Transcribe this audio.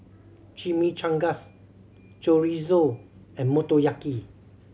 Chimichangas Chorizo and Motoyaki